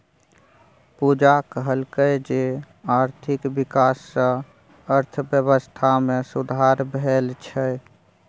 पूजा कहलकै जे आर्थिक बिकास सँ अर्थबेबस्था मे सुधार भेल छै